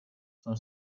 sono